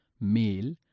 male